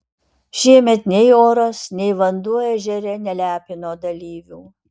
šiemet nei oras nei vanduo ežere nelepino dalyvių